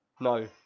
No